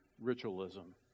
ritualism